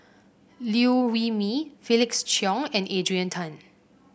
Liew Wee Mee Felix Cheong and Adrian Tan